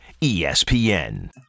ESPN